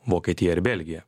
vokietiją ir belgiją